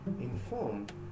informed